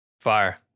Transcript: Fire